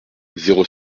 zéro